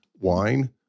wine